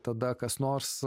tada kas nors